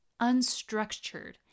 unstructured